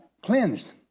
cleansed